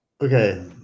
Okay